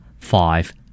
Five